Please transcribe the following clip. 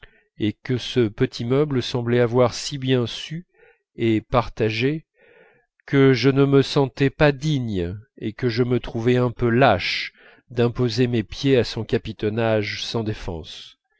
et que ce petit meuble semblait avoir si bien sue et partagée que je ne me sentais pas digne et que je me trouvais un peu lâche d'imposer mes pieds à son capitonnage sans défense